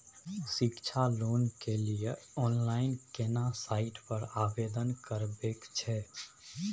शिक्षा लोन के लिए ऑनलाइन केना साइट पर आवेदन करबैक छै?